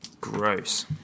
Gross